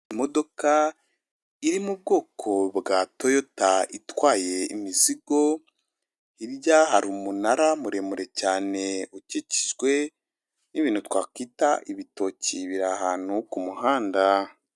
Imodoka iri mu bwoko bwa toyota itwaye imizigo irya hari umunara muremure cyane ukikijwe n’ ibintu twakwita ibitoki biri ahantu ku muhanda.